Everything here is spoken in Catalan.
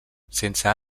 sense